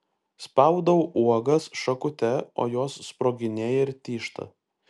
spaudau uogas šakute o jos sproginėja ir tyžta